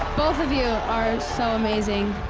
both of you are so amazing.